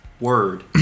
word